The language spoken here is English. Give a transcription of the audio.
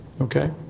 Okay